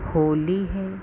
होली है